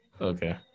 Okay